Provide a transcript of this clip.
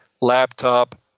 laptop